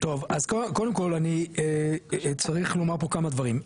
טוב אז קודם כל אני צריך לומר פה כמה דברים,